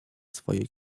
swojej